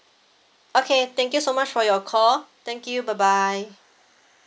okay thank you so much for your call thank you bye bye